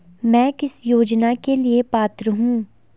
मैं किस योजना के लिए पात्र हूँ?